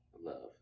Love